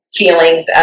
feelings